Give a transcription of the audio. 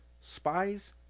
Spies